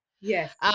Yes